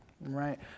right